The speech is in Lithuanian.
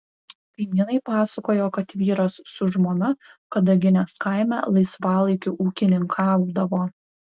kaimynai pasakojo kad vyras su žmona kadaginės kaime laisvalaikiu ūkininkaudavo